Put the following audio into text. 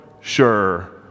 sure